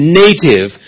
native